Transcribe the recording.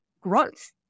growth